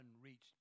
unreached